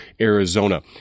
Arizona